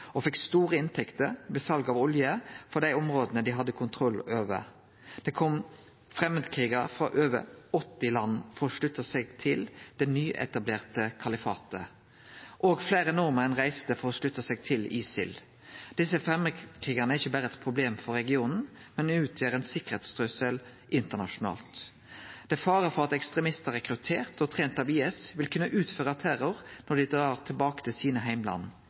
og fekk store inntekter ved sal av olje frå dei områda dei hadde tatt kontroll over. Det kom framandkrigarar frå over 80 land for å slutte seg til det nyetablerte kalifatet, òg fleire nordmenn reiste for å slutte seg til ISIL. Desse framandkrigarane er ikkje berre eit problem for regionen, men utgjer ein sikkerheitstrussel internasjonalt. Det er fare for at ekstremistar som er rekrutterte og trente av IS, vil kunne utføre terror når dei drar tilbake til heimlanda sine.